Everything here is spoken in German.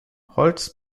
holz